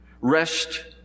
Rest